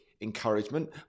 encouragement